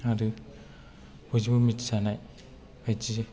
आरो बयजोंबो मिथिजानाय बायदि